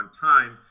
time